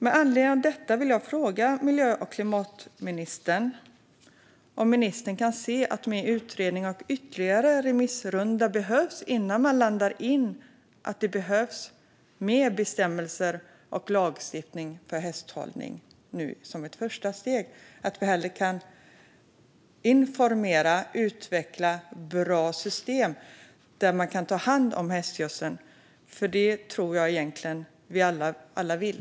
Med anledning av detta vill jag fråga miljö och klimatministern om ministern kan se att det, som ett första steg, behövs mer utredning och en ytterligare remissrunda innan man landar i att det nu behövs mer bestämmelser och lagstiftning för hästhållning. Vi kan hellre informera och utveckla bra system där man kan ta hand om hästgödseln. Det tror jag egentligen att vi alla vill.